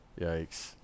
Yikes